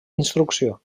instrucció